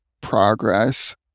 progress